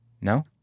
No